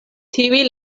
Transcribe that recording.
tiuj